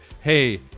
hey